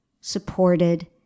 supported